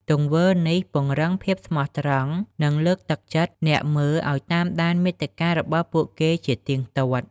ទង្វើនេះពង្រឹងភាពស្មោះត្រង់ និងលើកទឹកចិត្តអ្នកមើលឱ្យតាមដានមាតិការបស់ពួកគេជាទៀងទាត់។